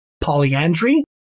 polyandry